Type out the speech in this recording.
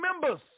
members